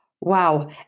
Wow